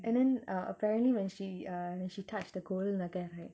and then uh apparently when she uh when she touch the gold நக:naka right